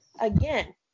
again